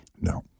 No